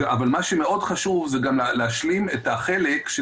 אבל מה שמאוד חשוב זה גם להשלים את החלק של